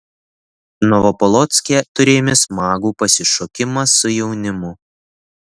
novopolocke turėjome smagų pasišokimą su jaunimu